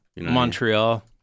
Montreal